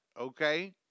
okay